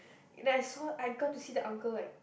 and I saw I got to see the uncle like